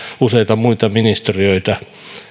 useita muita ministeriöitä